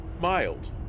mild